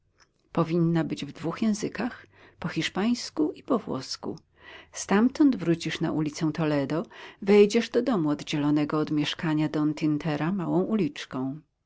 powinna być w dwóch językach po hiszpańsku i po włosku stamtąd wrócisz na ulicę toledo wejdziesz do domu oddzielonego od mieszkania don tin tera małą uliczką